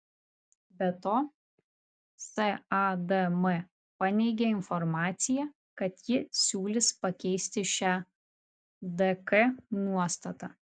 be to sadm paneigė informaciją kad ji siūlys pakeisti šią dk nuostatą